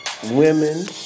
Women